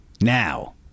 Now